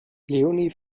leonie